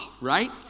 right